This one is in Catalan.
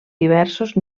diversos